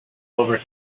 over